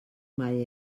mae